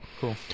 cool